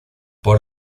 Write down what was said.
por